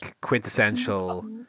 quintessential